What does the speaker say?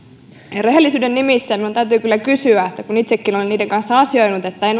rehellisyyden nimissä minun täytyy kyllä sanoa kun itsekin olen niiden kanssa asioinut että en